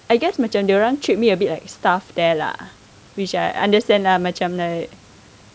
I guess macam dia orang treat me a bit like staff there lah which I understand ah macam like